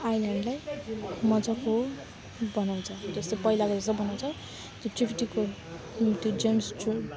आइल्यान्डलाई मजाको बनाउँछ जस्तै पहिलाको जस्तो बनाउँछ त्यो टी फिटिको त्यो जेम्स जुन